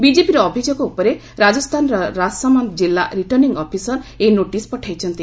ବିଜେପିର ଅଭିଯୋଗ ଉପରେ ରାଜସ୍ଥାନର ରାଜସାମନ୍ଦ କିଲ୍ଲା ରିଟର୍ଶ୍ଣିଂ ଅଫିସର ଏହି ନୋଟିସ୍ ପଠାଇଛନ୍ତି